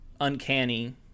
uncanny